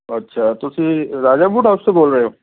ਅੱਛਾ ਤੁਸੀਂ Raja boot house ਤੋਂ ਬੋਲ ਰਹੇ ਹੋ